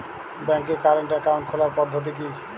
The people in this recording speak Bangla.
ব্যাংকে কারেন্ট অ্যাকাউন্ট খোলার পদ্ধতি কি?